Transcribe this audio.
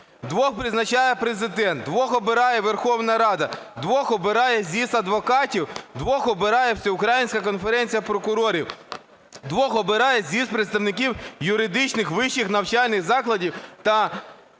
двох призначає Президент, двох обирає Верховна Рада, двох обирає з'їзд адвокатів, двох обирає Всеукраїнська конференція прокурорів, двох обирає з'їзд представників юридичних вищих навчальних закладів та наукових